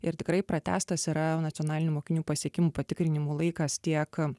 ir tikrai pratęstas yra nacionalinių mokinių pasiekimų patikrinimų laikas tiek